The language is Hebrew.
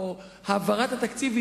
או העברת התקציב,